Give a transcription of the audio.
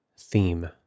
theme